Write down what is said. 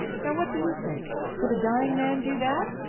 now what do you think? could a dying man do that?